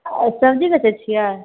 सब्जी बेचै छियै